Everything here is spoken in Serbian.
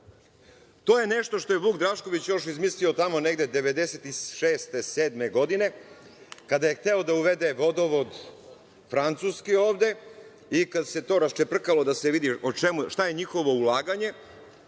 To je nešto što je Vuk Drašković izmislio još tamo negde 1996, 1997. godine, kada je hteo da uvede francuski vodovod ovde i kad se to raščeprkalo da se vidi šta je njihovo ulaganje,